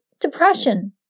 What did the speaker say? depression